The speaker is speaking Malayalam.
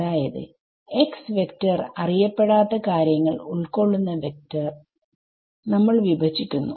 അതായത് xവെക്ടർ അറിയപ്പെടാത്ത കാര്യങ്ങൾ ഉൾകൊള്ളുന്ന വെക്ടർ നമ്മൾ വിഭജിക്കുന്നു